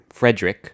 Frederick